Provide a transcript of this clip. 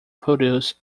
produced